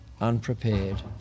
unprepared